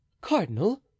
cardinal